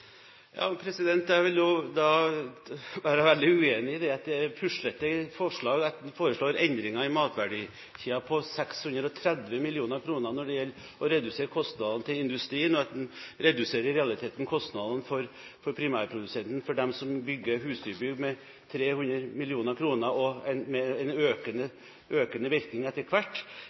Jeg er veldig uenig i at det er et puslete forslag. Man foreslår endringer i matverdikjeden på 630 mill. kr. når det gjelder å redusere kostnadene til industrien. Man reduserer i realiteten kostnadene for primærprodusentene, for dem som bygger husdyrbygg, med 300 mill. kr, med en økende virkning etter hvert.